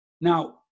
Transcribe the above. Now